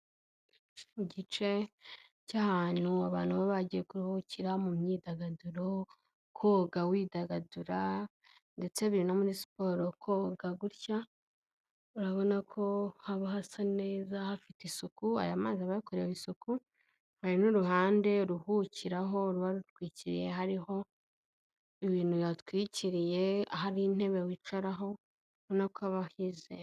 Mu gice cy'ahantu abantu baba bagiye kuruhukira mu myidagaduro, koga widagadura ndetse biri no muri siporo koga gutya, urabona ko haba hasa neza hafite isuku aya mazi aba yakorewe isuku, hari n'uruhande uruhukiraho ruba rutwikiriye hariho ibintu bihatwikiriye hari intebe wicaraho urabona ko haba hizewe.